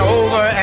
over